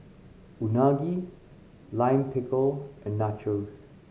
Unagi Lime Pickle and Nachos